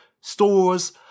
stores